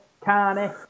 Carney